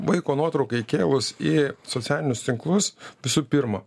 vaiko nuotrauką įkėlus į socialinius tinklus visų pirma